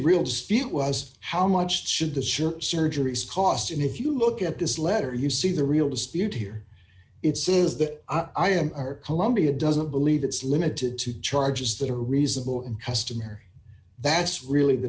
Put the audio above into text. real dispute was how much should the surgeries cost and if you look at this letter you see the real dispute here it says that i am or columbia doesn't believe it's limited to charges that are reasonable and customary that's really the